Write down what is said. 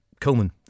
Coleman